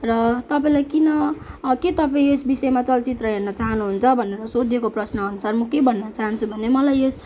र तपाईँलाई किन के तपाईँयस विषयमा चलचित्र हेर्न चाहनुहुन्छ भनेर सोधिएको प्रश्नअनुसार म के भन्न चाहन्छु भने मलाई यस